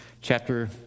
chapter